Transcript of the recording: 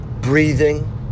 Breathing